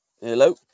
Hello